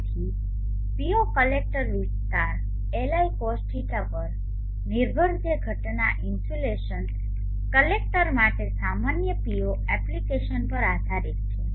તેથી P0 collector વિસ્તાર Li cos θ પર નિર્ભર જે ઘટના ઇન્સ્યુલેશન કલેક્ટર માટે સામાન્ય P0 એપ્લિકેશન પર આધારિત છે